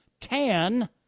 tan